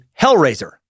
hellraiser